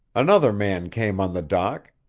another man came on the dock.